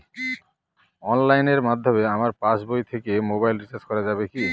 অনলাইনের মাধ্যমে আমার পাসবই থেকে মোবাইল রিচার্জ করা যাবে কি?